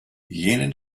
jenen